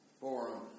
forum